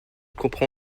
comprend